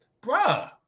bruh